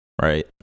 right